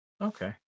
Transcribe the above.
Okay